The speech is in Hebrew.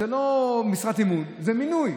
זו לא משרת אמון, זה מינוי.